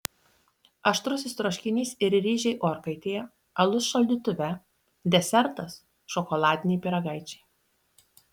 aštrusis troškinys ir ryžiai orkaitėje alus šaldytuve desertas šokoladiniai pyragaičiai